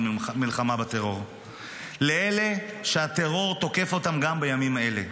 מלחמה בטרור לאלה שהטרור תוקף אותם גם בימים האלה.